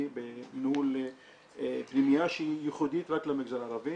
בניהול פנימייה שהיא ייחודית רק למגזר הערבי,